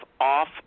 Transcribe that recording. off